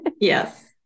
Yes